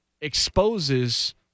exposes